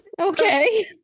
Okay